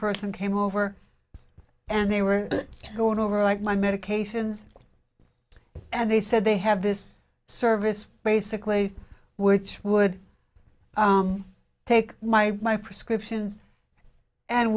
person came over and they were going over like my medications and they said they have this service basically which would take my my prescriptions and